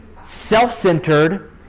self-centered